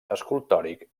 escultòric